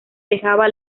dejaba